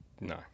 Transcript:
No